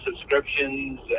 subscriptions